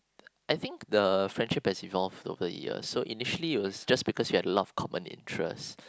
I think the friendship has evolved over the years so initially it was just because we have a lot of common interest